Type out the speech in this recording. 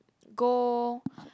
go